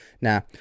Now